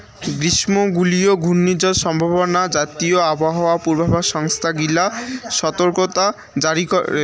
গ্রীষ্মমণ্ডলীয় ঘূর্ণিঝড় সম্ভাবনা জাতীয় আবহাওয়া পূর্বাভাস সংস্থা গিলা সতর্কতা জারি করে